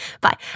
bye